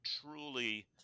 truly